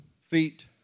feet